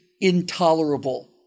intolerable